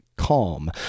calm